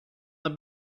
the